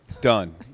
done